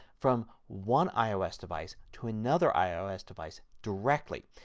from one ios device to another ios device directly.